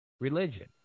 religion